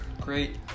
Great